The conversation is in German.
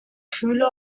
schüler